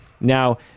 Now